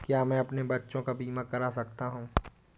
क्या मैं अपने बच्चों का बीमा करा सकता हूँ?